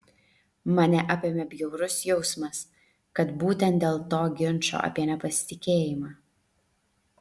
mane apėmė bjaurus jausmas kad būtent dėl to ginčo apie nepasitikėjimą